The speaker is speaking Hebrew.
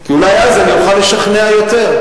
כי אולי אז אני אוכל לשכנע יותר.